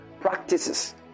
practices